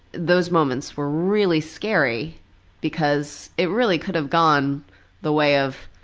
those moments were really scary because it really could have gone the way of,